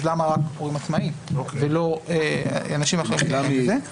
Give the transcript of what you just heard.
למה להגן רק על הורים עצמאיים ולא על אנשים אחרים שזכאים לסוג